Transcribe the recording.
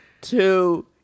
two